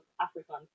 African